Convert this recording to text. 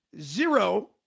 zero-